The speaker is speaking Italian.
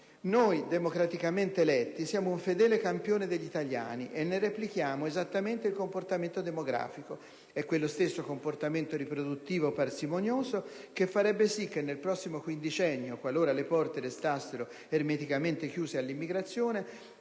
noi, democraticamente eletti, siamo un fedele campione degli italiani, dei quali replichiamo esattamente il comportamento demografico. Si tratta di quello stesso comportamento riproduttivo parsimonioso che farebbe sì che nel prossimo quindicennio, qualora le porte restassero ermeticamente chiuse all'immigrazione,